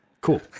cool